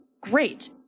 great